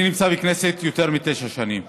אני נמצא בכנסת יותר מתשע שנים,